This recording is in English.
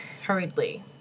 hurriedly